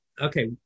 okay